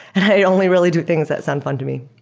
and i only really do things that sound fun to me.